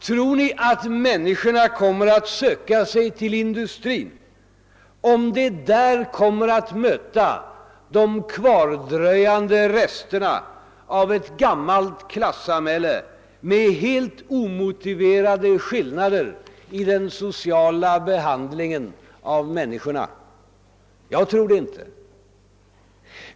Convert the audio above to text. Tror ni att människorna kommer att söka sig till industrin, om de där kommer att möta de kvardröjande resterna av ett gammalt klassamhälle med helt omotiverade skillnader i den sociala behandlingen av människorna? Jag tror det inte.